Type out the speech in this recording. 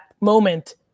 moment